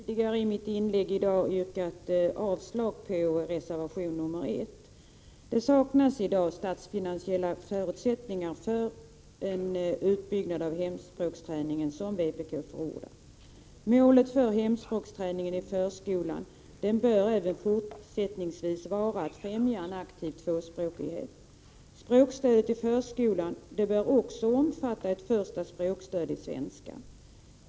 Herr talman! Jag har redan tidigare i dag yrkat avslag på reservation 1. Det saknas i dag statsfinansiella förutsättningar för en utbyggnad av hemspråksträningen, som vpk förordar. Målet för hemspråksträningen i förskolan bör även fortsättningsvis vara att främja en aktiv tvåspråkighet. Språkstödet i förskolan bör också omfatta ett första språkstöd i svenska.